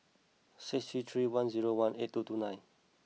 six three three one zero one eight two two nine